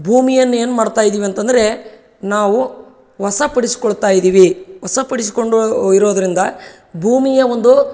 ಭೂಮಿಯನ್ನ ಏನು ಮಾಡ್ತಾ ಇದಿವಿ ಅಂತಂದರೆ ನಾವು ವಶಪಡಿಸ್ಕೊಳ್ತಾ ಇದ್ದೀವಿ ವಶಪಡಿಸ್ಕೊಂಡು ಇರೋದರಿಂದ ಭೂಮಿಯ ಒಂದು